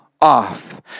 off